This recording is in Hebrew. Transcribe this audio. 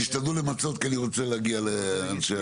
תשתדלו למצות כי אני רוצה להגיע לאנשי-